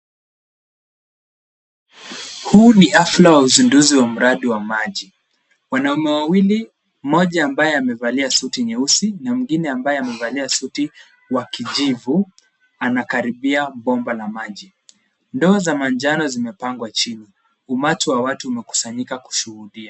Huu ni hafla wa uzinduzi wa mradi wa maji. Wanaume wawili, mmoja ambaye amevalia suti nyeusi na mwingine ambaye amevalia suti wa kijivu anakaribia bomba la maji. Ndoa za manjano zimepangwa chini. Umati wa watu umekusanyika kushuhudia.